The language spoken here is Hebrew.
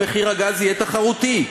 מחיר הגז יהיה תחרותי.